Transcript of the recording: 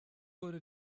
wurde